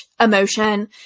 emotion